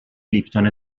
لیپتون